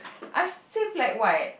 I saved like what